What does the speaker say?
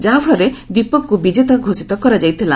ଯାହାଫଳରେ ଦୀପକକୁ ବିଜେତା ଘୋଷିତ କରାଯାଇଥିଲା